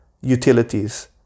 utilities